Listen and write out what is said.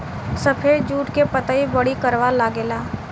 सफेद जुट के पतई बड़ी करवा लागेला